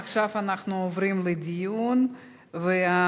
עכשיו אנחנו עוברים לדיון הסיעתי.